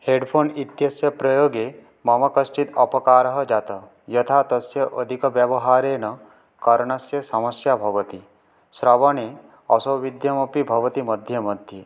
headphone इत्यस्य प्रयोगे मम कश्चित् अपकारः जातः यथा तस्य अधिकव्यवहारेण कर्णस्य समस्या भवति श्रवणे असौविध्यमपि भवति मध्ये मध्ये